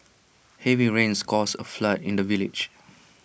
heavy rains caused A flood in the village